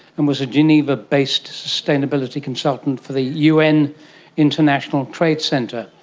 and was a geneva-based sustainability consultant for the un international trade centre.